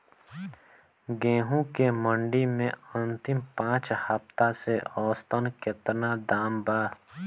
गेंहू के मंडी मे अंतिम पाँच हफ्ता से औसतन केतना दाम बा?